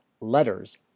Letters